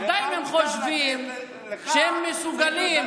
עדיין הם חושבים שהם מסוגלים,